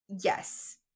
yes